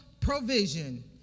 provision